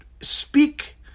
speak